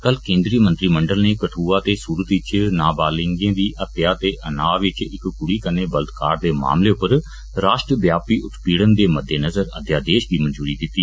कल केन्द्रीय मंत्रिमंडल नै कदुआ ते सूरत इच नाबालिगें दी हत्या ते अन्नाव इच इक कुड़ी कन्नै बलात्कार दे मामले पर राश्ट्रव्यापी उत्पीड़न दे मदेनजर अध्यादेष गी मंजूरी दिती